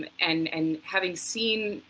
and and having seen